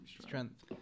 Strength